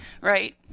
right